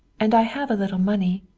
and i have a little money.